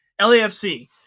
lafc